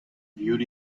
viewed